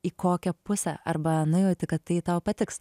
į kokią pusę arba nujauti kad tai tau patiks